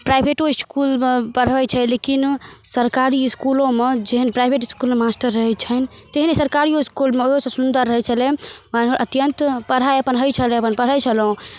प्राइवेटो इसकुलमे पढ़ै छै लेकिन सरकारी इसकुलोमे जेहन प्राइवेट इसकुलमे मास्टर रहै छनि तेहने सरकारिओ इसकुलमे ओहोसँ सुन्दर रहै छलै माने अत्यन्त पढ़ाइ अपन ही छलै अपन पढ़ै छलहुँ